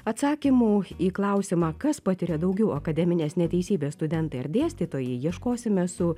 atsakymų į klausimą kas patiria daugiau akademinės neteisybės studentai ar dėstytojai ieškosime su